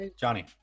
Johnny